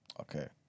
Okay